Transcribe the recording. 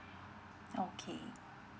okay